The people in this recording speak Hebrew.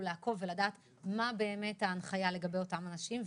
לעקוב ולדעת מה ההנחיה לגבי אותם אנשים,